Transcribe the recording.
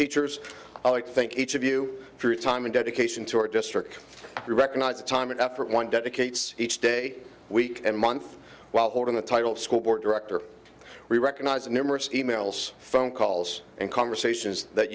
teachers i would think each of you through time and dedication to our district you recognize the time and effort one dedicates each day week and month while holding the title school board director we recognize numerous e mails phone calls and conversations that